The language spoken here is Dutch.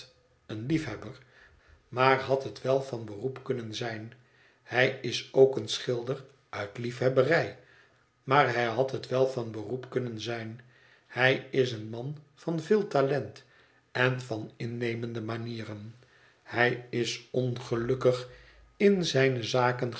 een liefhebber maar had het wel van beroep kunnen zijn hij is ook een schilder uit liefhebberij maar hij had het wel van beroep kunnen zijn hij is een man van veel talent en van innemende manieren hij is ongelukkig in zijne zaken